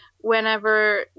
Whenever